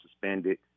suspended